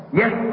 yes